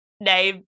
name